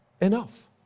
enough